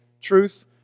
truth